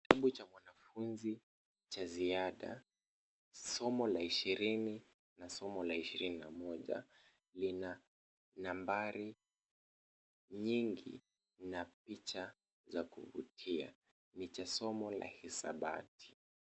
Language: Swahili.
Kitabu cha mwanafunzi cha ziada. Somo la ishirini na somo la ishirini na moja, lina nambari nyingi na picha za kuvutia . Ni cha somo la hisabati.